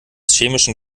chemischen